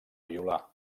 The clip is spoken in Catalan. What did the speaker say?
violar